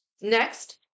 next